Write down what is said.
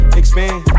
expand